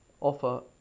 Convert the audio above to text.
offer